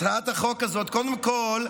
הצעת החוק הזאת, קודם כול,